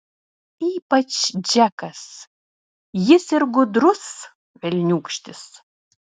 ypač džekas jis ir gudrus velniūkštis